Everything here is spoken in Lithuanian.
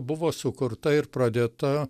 buvo sukurta ir pradėta